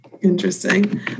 interesting